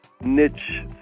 Niche